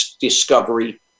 discovery